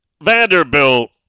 Vanderbilt